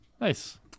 Nice